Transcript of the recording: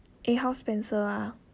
eh how's spencer ah